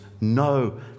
no